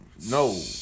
No